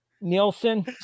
Nielsen